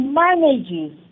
manages